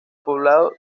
poblado